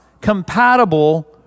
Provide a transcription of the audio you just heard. compatible